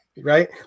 right